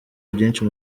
byinshi